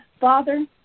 Father